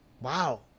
wow